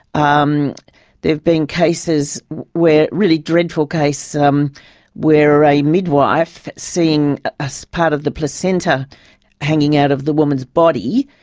um there've been cases where, really dreadful case um where a midwife seeing a so part of the placenta hanging out of the woman's body,